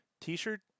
t-shirt